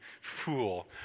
fool